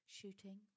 Shooting